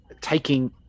taking